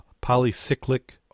polycyclic